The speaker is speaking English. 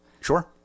Sure